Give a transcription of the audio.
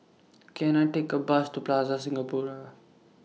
Can I Take A Bus to Plaza Singapura